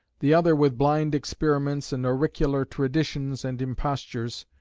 the other with blind experiments and auricular traditions and impostures,